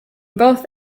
both